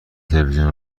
تلویزیون